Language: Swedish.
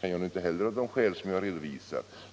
teknik, och inte heller jag personligen har kunnat det av de skäl som jag här redovisat.